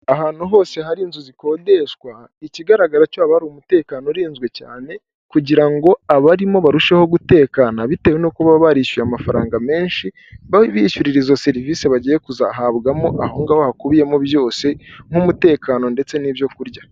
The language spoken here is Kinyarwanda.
Ahantu hose hari inzu zikodeshwa ikigaragara cyo ha hari umutekano urinzwe cyane kugira ngo abarimo barusheho gutekana bitewe nuko baba barishyuye amafaranga menshi, bishyurarira izo serivisi bagiye kuzahabwamo aho ngaho hakubiyemo byose nk'umutekano ndetse n'ibyo kurya.